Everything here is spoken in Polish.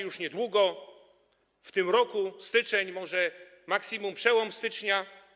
Już niedługo, w tym roku, styczeń, może maksimum przełom stycznia.